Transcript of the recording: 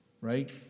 right